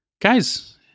Guys